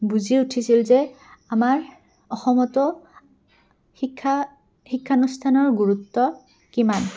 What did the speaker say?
বুজি উঠিছিল যে আমাৰ অসমতো শিক্ষা শিক্ষানুষ্ঠানৰ গুৰুত্ব কিমান